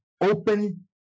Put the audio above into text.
Open